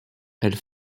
elle